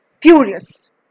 furious